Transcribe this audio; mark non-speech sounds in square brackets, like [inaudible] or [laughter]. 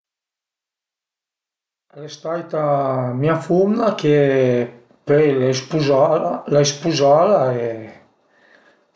Al e staita mia fumna che pöi l'ai spuzala l'ai spuzala [hesitation]